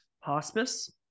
Hospice